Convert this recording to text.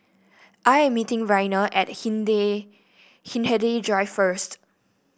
I am meeting Raina at Hindhede Drive first